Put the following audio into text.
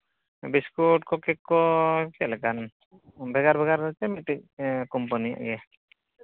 biscuit ᱠᱚ ᱠᱮ ᱠ ᱠᱚ ᱪᱮᱫ ᱞᱮᱠᱟᱱ ᱵᱷᱮᱜᱟᱨ ᱵᱷᱮᱜᱟᱨ ᱥᱮ ᱢᱤᱫᱴᱮᱱ ᱠᱳᱢᱯᱟᱱᱤᱭᱟᱜ ᱜᱮ